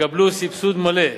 שיקבלו סבסוד מלא,